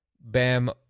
Bam